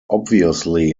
obviously